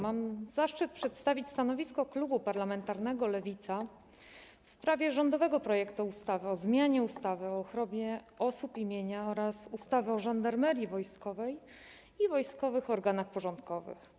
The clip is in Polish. Mam zaszczyt przedstawić stanowisko klubu parlamentarnego Lewica w sprawie rządowego projektu ustawy o zmianie ustawy o ochronie osób i mienia oraz ustawy o Żandarmerii Wojskowej i wojskowych organach porządkowych.